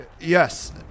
Yes